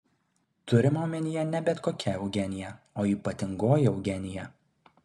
turima omenyje ne bet kokia eugenija o ypatingoji eugenija